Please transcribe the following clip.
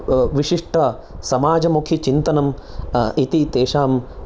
विशिष्टसमाजमुखी चिन्तनम् इति तेषाम्